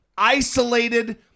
isolated